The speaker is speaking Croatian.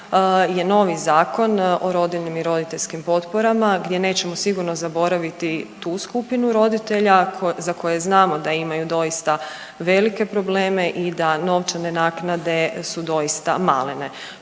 je novi Zakon o rodiljnim i roditeljskim potporama gdje nećemo sigurno zaboraviti tu skupinu roditelja za koje znamo da imaju doista velike probleme i da novčane naknade su doista malene.